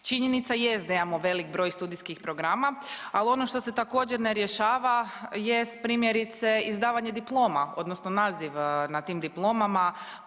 Činjenica jest da imamo velik broj studijskih programa, ali ono što se također ne rješava jest primjerice izdavanje diploma, odnosno naziv na tim diplomama